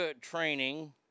training